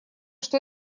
что